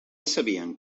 sabien